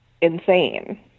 insane